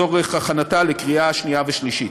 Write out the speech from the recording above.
לקריאה שנייה ושלישית.